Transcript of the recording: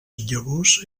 llavors